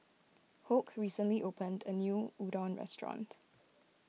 Hoke recently opened a new Udon restaurant